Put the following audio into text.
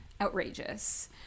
outrageous